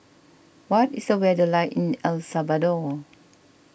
what is the weather like in El Salvador